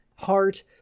Heart